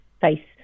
face